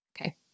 Okay